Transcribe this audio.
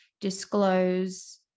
disclose